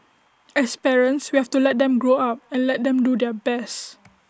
as parents we have to let them grow up and let them do their best